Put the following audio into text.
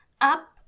up